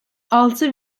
altı